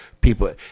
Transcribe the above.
people